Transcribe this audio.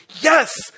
Yes